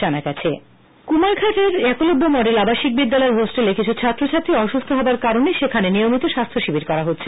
কুমারঘাট একলব্য কুমারঘাটস্থিত একলব্য মডেল আবাসিক বিদ্যালয়ের হোস্টেলে কিছু ছাত্র ছাত্রী অসুস্থ হবার কারণে সেখানে নিয়মিত স্বাস্থ্য শিবির করা হচ্ছে